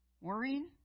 Worrying